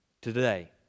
Today